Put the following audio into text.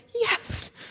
yes